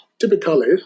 Typically